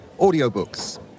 Audiobooks